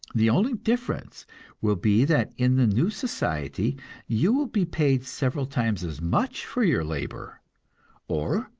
the only difference will be that in the new society you will be paid several times as much for your labor or,